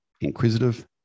inquisitive